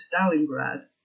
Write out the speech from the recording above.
Stalingrad